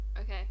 Okay